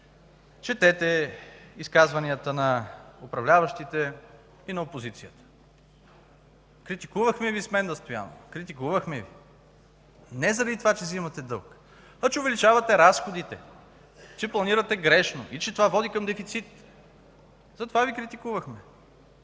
четете изказванията на управляващите и на опозицията. Критикувахме ли Ви с Менда Стоянова? Критикувахме Ви не заради това, че вземате дълг, а че увеличавате разходите, че планирате грешно и че това води към дефицит. Затова Ви критикувахме